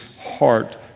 heart